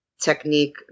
technique